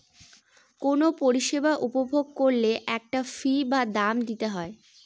কোনো পরিষেবা উপভোগ করলে একটা ফী বা দাম দিতে হয়